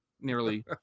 nearly